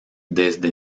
desde